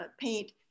paint